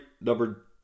number